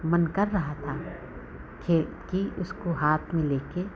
मन कर रहा था कि इसको हाथ में लेकर